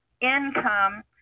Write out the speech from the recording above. income